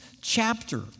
chapter